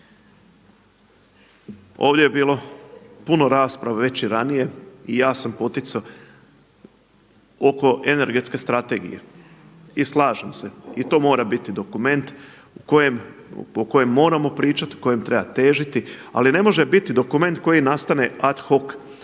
Ovdje je bilo puno rasprave već i ranije i ja sam poticao oko Energetske strategije. I slažem se i to mora biti dokument o kojem moramo pričati, kojem treba težiti. Ali ne može biti dokument koji nastane ad hoc. Nije